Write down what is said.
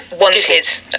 wanted